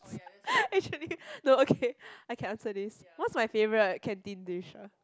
actually no okay I can answer this what's my favourite canteen dish ah